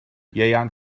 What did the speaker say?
ieuan